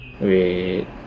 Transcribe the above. Wait